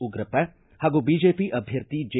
ಉಗ್ರಪ್ಪ ಹಾಗೂ ಬಿಜೆಪಿ ಅಭ್ಯರ್ಥಿ ಜೆ